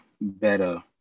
better